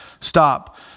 stop